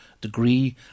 degree